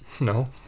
No